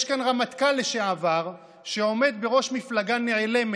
יש כאן רמטכ"ל לשעבר שעומד בראש מפלגה נעלמת,